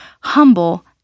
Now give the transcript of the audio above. humble